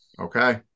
Okay